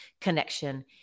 connection